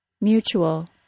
mutual